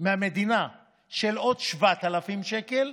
מהמדינה של עוד 7,000 שקל,